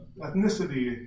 ethnicity